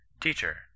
Teacher